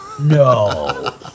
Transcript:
No